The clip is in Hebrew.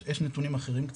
יש נתונים אחרים קצת,